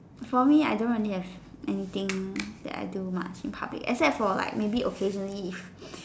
for me I don't really have anything that I do much in public except for like maybe occasionally if